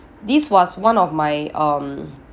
this was one of my um